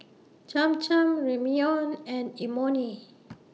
Cham Cham Ramyeon and Imoni